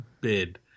bid